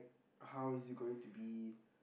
how is he going to be